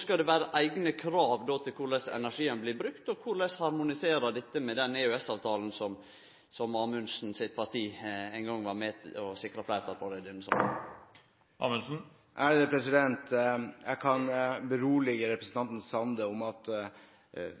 Skal det vere eigne krav til korleis energien blir brukt? Korleis harmoniserer dette med EØS-avtalen, som Amundsen sitt parti ein gong var med på å sikre fleirtal for i denne salen? Jeg kan berolige representanten Sande med at Fremskrittspartiet ikke har noen intensjoner om